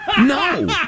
No